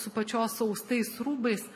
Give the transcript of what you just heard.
su pačios austais rūbais